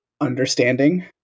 understanding